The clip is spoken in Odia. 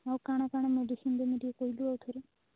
ହଉ କାଣା କାଣା ମେଡ଼ିସିନ୍ ଦେମି ଟିକେ କହିଲୁ ଆଉ ଥରେ